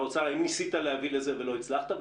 האם ניסית להביא לזה ולא הצלחת?